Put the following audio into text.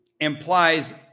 implies